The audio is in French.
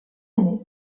année